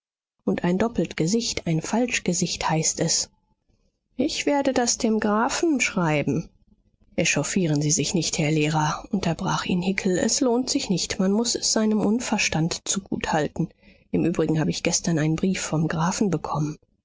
und ein doppelt gesicht ein falsch gesicht heißt es ich werde das dem grafen schreiben echauffieren sie sich nicht herr lehrer unterbrach ihn hickel es lohnt sich nicht man muß es seinem unverstand zugut halten im übrigen hab ich gestern einen brief vom grafen bekommen